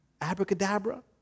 abracadabra